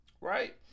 right